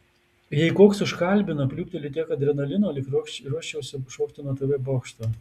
jei koks užkalbina pliūpteli tiek adrenalino lyg ruoščiausi šokti nuo tv bokšto